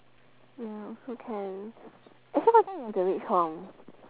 ya also can actually what time you have to reach home